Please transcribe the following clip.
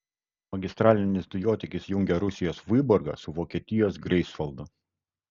magistralinis dujotiekis jungia rusijos vyborgą su vokietijos greifsvaldu